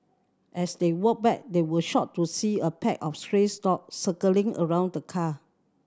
as they walked back they were shocked to see a pack of stray dogs circling around the car